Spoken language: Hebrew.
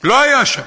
לא היה שם.